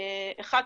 אחת,